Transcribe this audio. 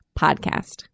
podcast